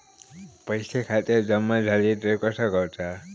पैसे खात्यात जमा झाले तर कसा कळता?